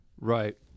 Right